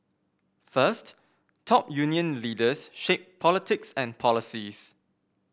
first top union leaders shape politics and policies